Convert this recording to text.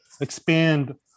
expand